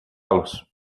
los